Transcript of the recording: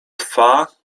twa